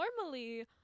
normally